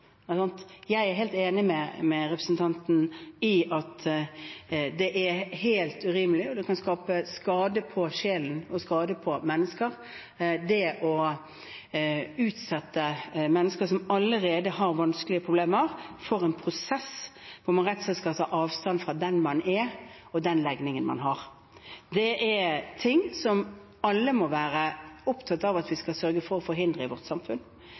Jeg er helt enig med representanten i at det er helt urimelig, og det å utsette mennesker som allerede har vanskelige problemer, for en prosess hvor man rett og slett skal ta avstand fra den man er, og den legningen man har, kan skape skade på sjelen, skade på mennesker. Det er noe som alle må være opptatt av at vi skal sørge for å forhindre i vårt samfunn.